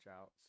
out